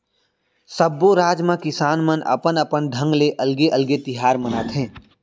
सब्बो राज म किसान मन अपन अपन ढंग ले अलगे अलगे तिहार मनाथे